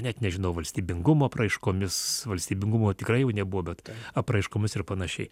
net nežinau valstybingumo apraiškomis valstybingumo tikrai jau nebuvo bet apraiškomis ir panašiai